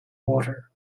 water